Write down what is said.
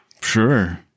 sure